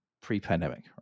pre-pandemic